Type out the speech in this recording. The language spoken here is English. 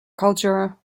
culture